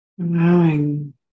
Allowing